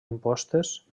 impostes